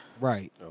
Right